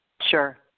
Sure